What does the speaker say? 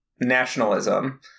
nationalism